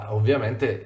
ovviamente